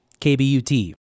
KBUT